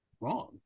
wrong